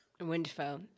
Wonderful